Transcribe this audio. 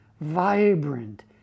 vibrant